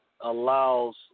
allows